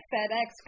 FedEx